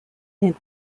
and